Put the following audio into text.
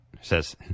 says